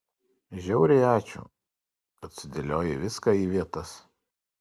žiauriai ačiū kad sudėliojai viską į vietas